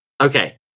Okay